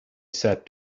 said